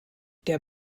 der